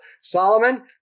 Solomon